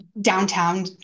downtown